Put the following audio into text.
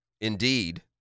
Indeed